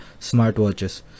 smartwatches